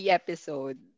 episode